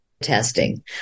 testing